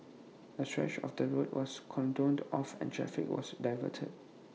A stretch of the road was cordoned off and traffic was diverted